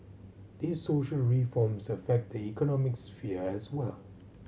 these social reforms affect the economic sphere as well